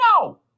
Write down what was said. No